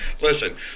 Listen